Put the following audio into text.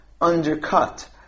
undercut